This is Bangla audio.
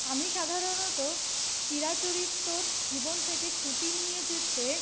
আমি সাধারণত চিরাচরিত জীবন থেকে ছুটি নিয়ে যেতে